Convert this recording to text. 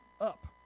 up